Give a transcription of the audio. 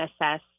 assess